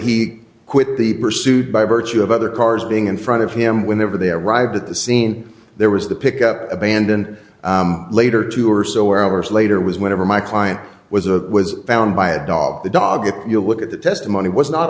he quit the pursued by virtue of other cars being in front of him whenever they arrived at the scene there was the pick up abandoned later two or so hours later was whenever my client was a was found by a dog the dog you'll look at the testimony was not